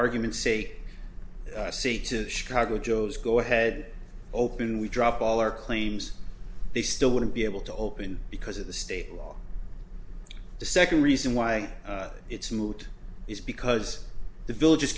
argument's sake say to chicago joes go ahead open we drop all our claims they still wouldn't be able to open because of the state law the second reason why it's moot is because the village